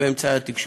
באמצעי התקשורת,